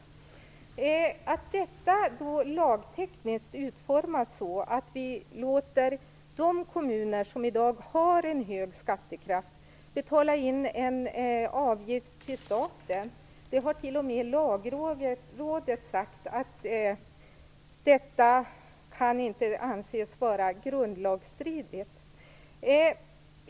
Att detta lagtekniskt utformas så, att vi låter de kommuner som i dag har en stor skattekraft betala in en avgift till staten har inte ens Lagrådet ansett vara grundlagsstridigt.